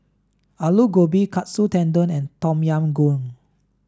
Alu Gobi Katsu Tendon and Tom Yam Goong